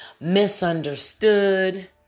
misunderstood